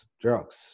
drugs